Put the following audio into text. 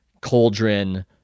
cauldron